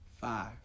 five